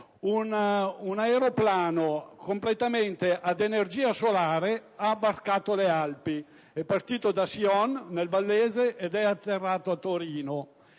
alimentato completamente ad energia solare ha varcato le Alpi: è partito da Sion, nel Vallese, ed è atterrato a Torino.